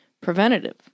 preventative